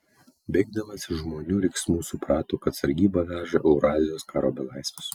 bėgdamas iš žmonių riksmų suprato kad sargyba veža eurazijos karo belaisvius